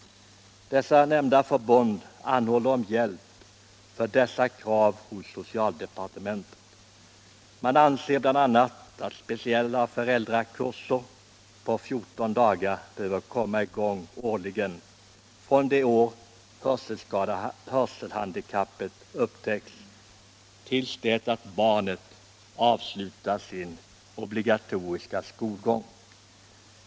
Nämnda förbund anhåller om stöd för sina krav hos socialdepartementet. Man anser bl.a. att speciella föräldrakurser på 14 dagar behöver anordnas årligen från det år hörselhandikappet upptäcks tills barnet avslutar sin obligatoriska skolgång.